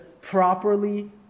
properly